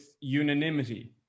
unanimity